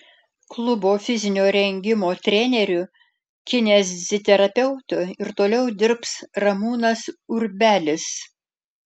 klubo fizinio rengimo treneriu kineziterapeutu ir toliau dirbs ramūnas urbelis